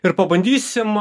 ir pabandysim